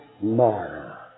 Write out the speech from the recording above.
Mara